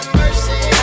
mercy